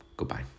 Goodbye